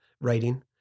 writing